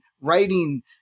writing